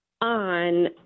on